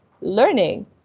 learning